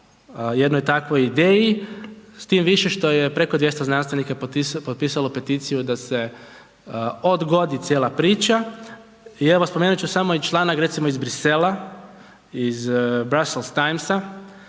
jednoj takvoj ideji. Tim više što je preko 200 znanstvenika potpisano peticiju da se odgodi cijela priča i evo, spomenut ću samo i članak, recimo iz Bruxellesa, iz Brussels Timesa